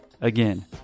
Again